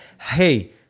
Hey